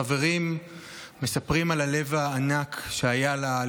חברים מספרים על הלב הענק שהיה לה,